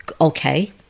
okay